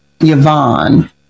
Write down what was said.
Yvonne